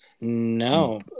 No